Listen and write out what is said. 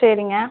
சரிங்க